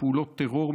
מפעולות טרור,